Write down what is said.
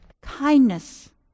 kindness